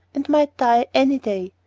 and might die any day.